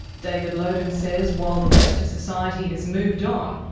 david lowden says while the rest of society has moved on,